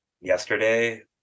yesterday